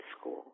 school